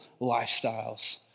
lifestyles